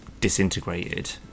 disintegrated